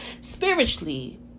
Spiritually